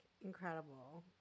incredible